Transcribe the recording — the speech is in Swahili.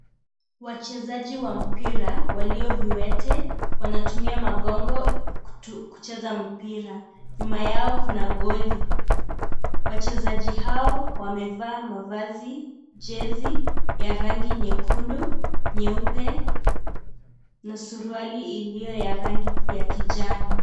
Wachezaji wa mpira walio viwete wanatumia magongo kucheza mpira. Nyuma yao kuna goli. Wachezaji hao wamevaa mavazi jezi ya rangi nyekundu, nyeupe na suruali iliyo ya rangi ya kijani.